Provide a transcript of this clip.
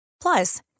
Plus